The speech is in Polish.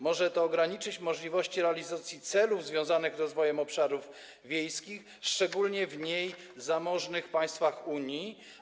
Może to ograniczyć możliwości realizacji celów związanych z rozwojem obszarów wiejskich, szczególnie w mniej zamożnych państwach Unii.